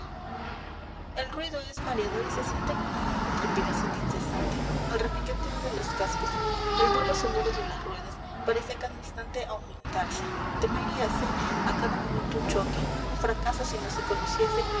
el ruido es mareador y se siente en el aire una trepidación incesante el repiqueteo de los cascos el vuelo sonoro de las ruedas parece a cada instante aumentarse temeríase a cada momento un choque un fracaso si no se conociese